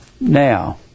now